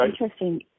interesting